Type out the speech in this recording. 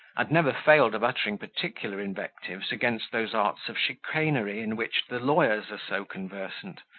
and never failed of uttering particular invectives against those arts of chicanery in which the lawyers are so conversant,